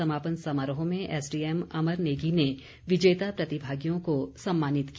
समापन समारोह में एस डीएम अमर नेगी ने विजेता प्रतिभागियों को सम्मानित किया